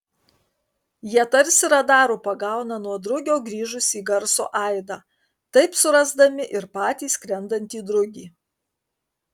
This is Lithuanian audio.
jie tarsi radaru pagauna nuo drugio grįžusį garso aidą taip surasdami ir patį skrendantį drugį